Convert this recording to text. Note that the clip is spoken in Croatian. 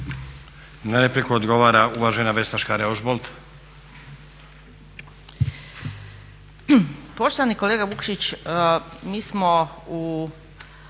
Na repliku odgovara uvažena Vesna Škare-Ožbolt.